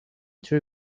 two